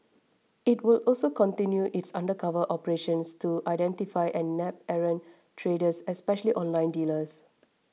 it will also continue its undercover operations to identify and nab errant traders especially online dealers